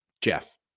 Jeff